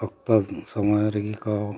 ᱚᱠᱛᱚ ᱥᱚᱢᱚᱭ ᱨᱮᱜᱮ ᱠᱚ